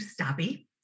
stabby